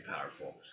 powerful